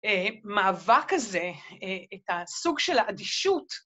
מאבק הזה, את הסוג של האדישות.